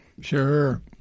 Sure